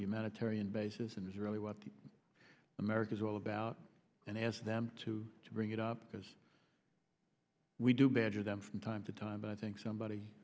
humanitarian basis and is really what america's all about and asked them to bring it up because we do badges of time to time but i think somebody